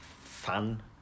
fun